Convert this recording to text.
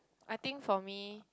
I think for me